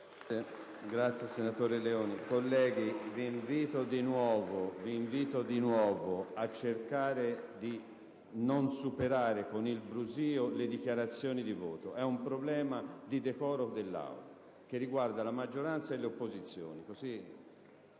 finestra"). Colleghi, vi invito di nuovo a cercare di non superare con il brusìo le dichiarazioni di voto. È un problema di decoro dell'Aula che riguarda la maggioranza e le opposizioni.